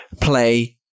play